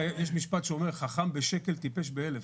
משפט שאומר חכם בשקל טיפש באלף.